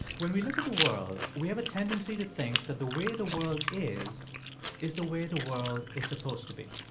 when we look at the world, we have a tendency to think that the way the world is is the way the world is supposed to be.